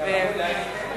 אני אקיים,